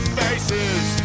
faces